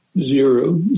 Zero